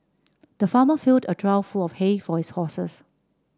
the farmer filled a trough full of hay for his horses